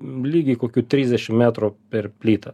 lygiai kokių trisdešim metrų per plytą